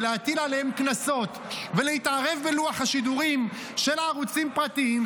להטיל עליהם קנסות ולהתערב בלוח השידורים של ערוצים פרטים,